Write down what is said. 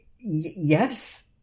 Yes